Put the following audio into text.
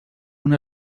una